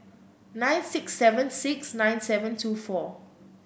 nine six seven six nine seven two four